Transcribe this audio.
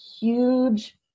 huge